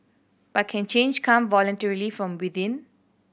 but can change come voluntarily from within